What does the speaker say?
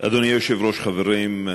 אדוני היושב-ראש, חברים,